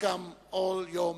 Welcome all your ministers.